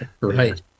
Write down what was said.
right